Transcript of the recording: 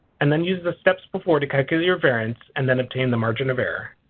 and then use the steps before to calculate your variance and then obtain the margin of error.